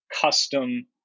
custom